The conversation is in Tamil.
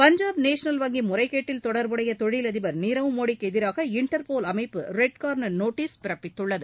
பஞ்சாப் நேஷனல் வங்கி முறைகேட்டில் தொடர்புடைய தொழிலதிபர் நிரவ் மோடிக்கு எதிராக இன்டர்போல் அமைப்பு ரெட் கார்னர் நோட்டீஸ் பிறப்பித்துள்ளது